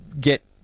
get